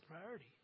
priority